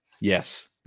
Yes